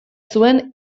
zuen